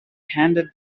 handed